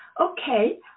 Okay